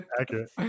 accurate